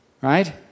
right